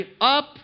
up